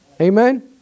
Amen